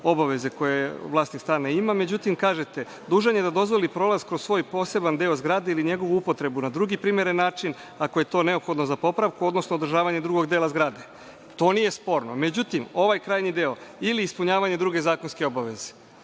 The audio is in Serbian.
obaveze koje vlasnik stana ima. Međutim, kažete – dužan je da dozvoli prolaz kroz svoj poseban deo zgrade ili njegovu upotrebu na drugi primeren način, ako je to neophodno za popravku, odnosno održavanje drugog dela zgrade. To nije sporno.Međutim, ovaj krajnji deo – ili ispunjavanje druge zakonske obaveze,